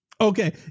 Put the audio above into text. Okay